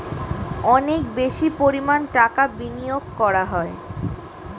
অনেক বেশি পরিমাণ টাকা বিনিয়োগ করা হয়